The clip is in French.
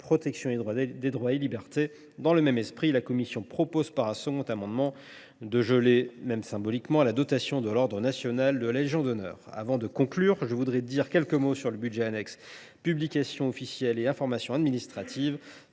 Protection des droits et libertés ». Dans le même esprit, la commission propose, par un second amendement, de geler symboliquement la dotation de l’ordre national de la Légion d’honneur. Avant de conclure, je voudrais dire quelques mots sur le budget annexe « Publications officielles et information administrative